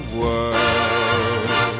world